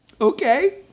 Okay